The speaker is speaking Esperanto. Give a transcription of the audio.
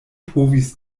povis